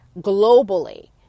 globally